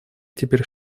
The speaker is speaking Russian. теперь